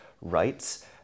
rights